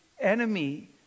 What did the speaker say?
enemy